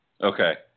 Okay